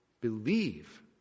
Believe